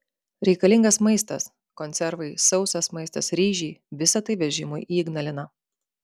reikalingas maistas konservai sausas maistas ryžiai visa tai vežimui į ignaliną